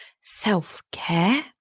Self-care